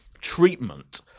treatment